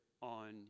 on